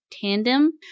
tandem